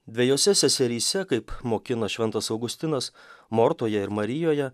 dvejose seseryse kaip mokino šventas augustinas mortoje ir marijoje